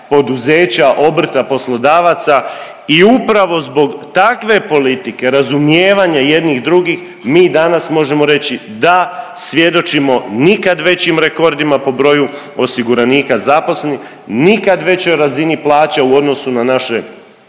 poduzeća, obrta, poslodavaca i upravo zbog takve politike razumijevanja jednih i drugih mi danas možemo reći da svjedočimo nikad većim rekordima po broju osiguranika zaposlenih, nikad većoj razini plaća u odnosu na naše